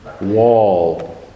wall